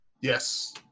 Yes